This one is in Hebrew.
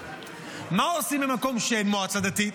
מה עושים במקום שאין בו מועצה דתית?